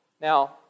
Now